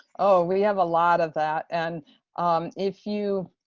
oh, we have a lot of that, and if you,